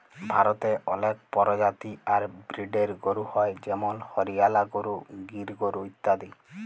ভারতে অলেক পরজাতি আর ব্রিডের গরু হ্য় যেমল হরিয়ালা গরু, গির গরু ইত্যাদি